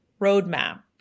roadmap